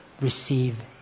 receive